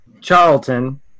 Charlton